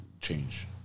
change